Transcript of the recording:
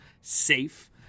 safe